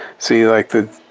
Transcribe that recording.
see, like the,